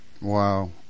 Wow